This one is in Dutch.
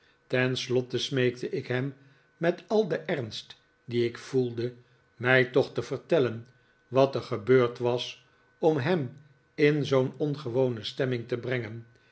tenslotte smeekte ik hem met al den ernst r dien ik voelde mij tocli te vertellen wat er gebeurd was om hem in zoo'n ongewone stemming te brengen